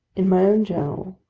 in my own journal,